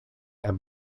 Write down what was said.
and